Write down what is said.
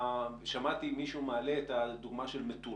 שמעתי מישהו מעלה את הדוגמה של מטולה,